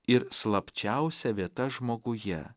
ir slapčiausia vieta žmoguje